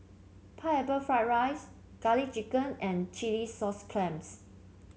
Pineapple Fried Rice garlic chicken and Chilli Sauce Clams